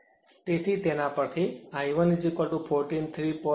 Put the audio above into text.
તેથી તેના પરથી I 1 43